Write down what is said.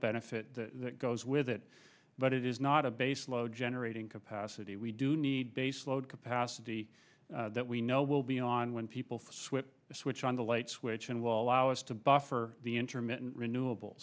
benefit that goes with it but it is not a base load generating capacity we do need base load capacity that we know will be on when people switch a switch on the light switch and while ours to buffer the intermittent renewable